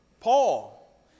Paul